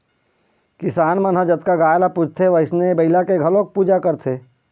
किसान मन ह जतका गाय ल पूजथे वइसने बइला के घलोक पूजा करथे